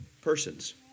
persons